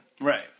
Right